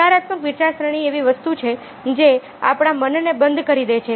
નકારાત્મક વિચારસરણી એવી વસ્તુ છે જે આપણા મનને બંધ કરી દે છે